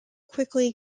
quickly